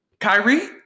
Kyrie